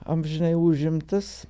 amžinai užimtas